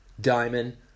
diamond